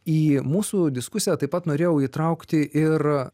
į mūsų diskusiją taip pat norėjau įtraukti ir